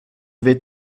vais